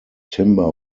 timber